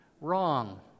Wrong